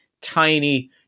tiny